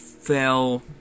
Fell